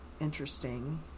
interesting